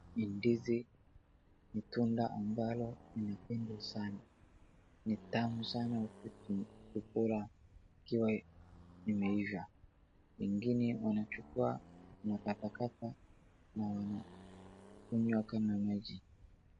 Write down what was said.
Ndizi ni tunda ambalo linapendwa sana ni tamu sana wakati unakula wakati imeivaa. Wengine wanachukua wanakatakata na wanakunywa kama maji.